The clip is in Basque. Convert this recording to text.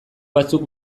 batzuk